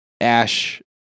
Ash